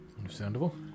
Understandable